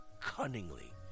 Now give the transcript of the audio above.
cunningly